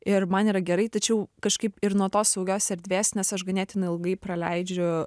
ir man yra gerai tačiau kažkaip ir nuo tos saugios erdvės nes aš ganėtinai ilgai praleidžiu